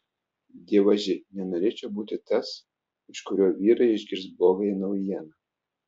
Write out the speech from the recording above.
dievaži nenorėčiau būti tas iš kurio vyrai išgirs blogąją naujieną